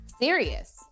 serious